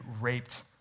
raped